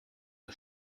der